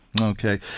Okay